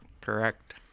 Correct